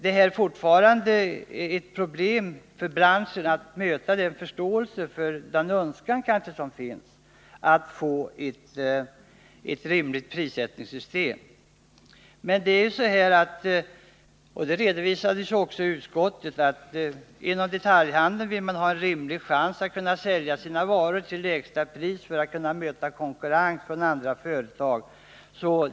Det är fortfarande ett problem för branschen att tillgodose den önskan som finns att få till stånd ett rimligt prissättningssystem. Inom detaljhandeln vill man ju — det redovisades också i utskottet — ha en rimlig chans att kunna sälja sina varor till lägsta priser för att kunna möta konkurrens från andra företag.